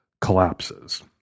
collapses